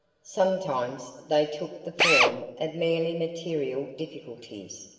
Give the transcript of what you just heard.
sometimes they took the form of merely material difficulties.